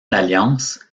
l’alliance